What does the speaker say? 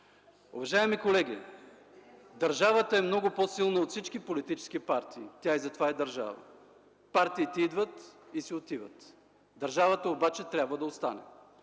Уважаеми колеги, държавата е много по-силна от всички политически партии – тя затова е държава. Партиите идват и си отиват, държавата обаче трябва да остане.